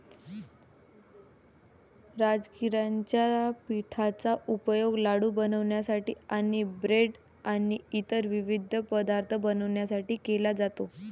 राजगिराच्या पिठाचा उपयोग लाडू बनवण्यासाठी आणि ब्रेड आणि इतर विविध पदार्थ बनवण्यासाठी केला जातो